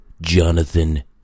Jonathan